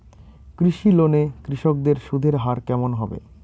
কৃষি লোন এ কৃষকদের সুদের হার কেমন হবে?